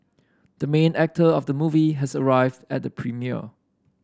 the main actor of the movie has arrived at the premiere